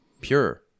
Pure